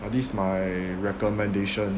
uh this my recommendation